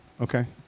okay